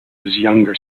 younger